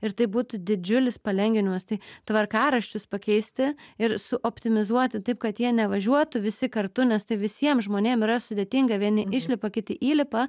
ir tai būtų didžiulis palengvinimas tai tvarkaraščius pakeisti ir su optimizuoti taip kad jie nevažiuotų visi kartu nes tai visiem žmonėm yra sudėtinga vieni išlipa kiti įlipa